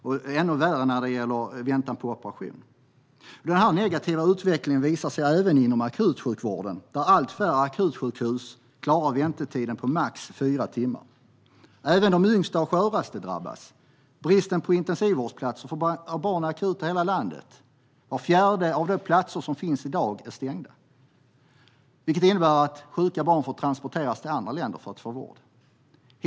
Och det är ännu värre när det gäller väntan på operationer. Den här negativa utvecklingen visar sig även inom akutsjukvården. Allt färre akutsjukhus klarar att hålla väntetiden på max fyra timmar. Även de yngsta och sköraste drabbas. Bristen på intensivvårdsplatser för barn är akut i hela landet. Var fjärde plats, av dem som finns i dag, är stängd. Det innebär att sjuka barn får transporteras till andra länder för att få vård.